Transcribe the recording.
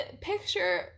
picture